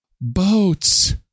Boats